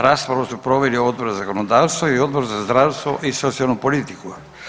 Raspravu su proveli Odbor za zakonodavstvo i Odbor za zdravstvo i socijalnu politiku.